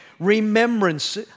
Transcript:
remembrance